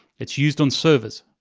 it's used on servers.